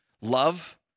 love